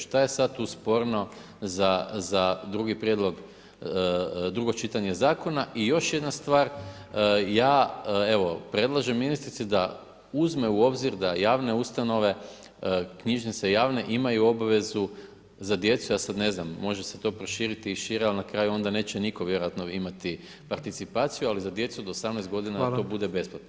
Šta je sad tu sporno za drugi prijedlog, drugo čitanje zakona i još jedna stvar, ja evo predlažem ministrici da uzme u obzir da javne ustanove, knjižnice javne, imaju obvezu za djecu, ja sad ne znam, može se to proširiti i šire ali na kraju onda neće nitko vjerojatno imati participaciju, ali za djecu do 18 g. da to bude besplatno.